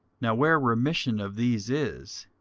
now where remission of these is,